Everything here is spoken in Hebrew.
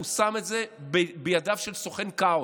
הוא שם את זה בידיו של סוכן כאוס,